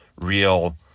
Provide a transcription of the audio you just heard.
real